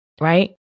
right